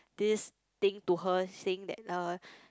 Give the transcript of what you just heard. this thing to her saying that uh